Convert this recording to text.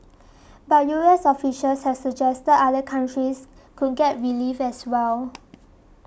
but U S officials have suggested other countries could get relief as well